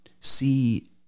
see